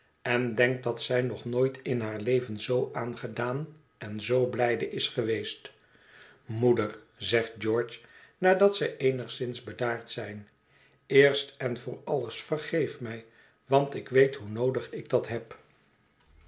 en denkt dat zij nog nooit in haar leven zoo aangedaan en zoo blijde is geweest moeder zegt george nadat zij eenigszins bedaard zijn eerst en voor alles vergeef mij want ik weet hoe noodig ik dat heb